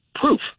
Proof